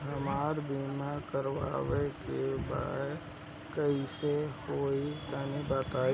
हमरा बीमा करावे के बा कइसे होई तनि बताईं?